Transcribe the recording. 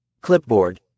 Clipboard